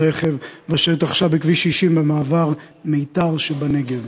רכב ואשר התרחשה בכביש 60 במעבר מיתר שבנגב,